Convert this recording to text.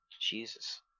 Jesus